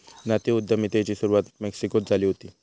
जाती उद्यमितेची सुरवात मेक्सिकोत झाली हुती